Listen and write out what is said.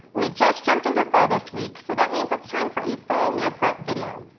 we just jumped into fall this week, so that means it's time for a fall meal prep video.